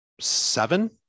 seven